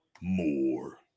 more